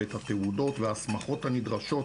את התעודות וההסמכות הנדרשות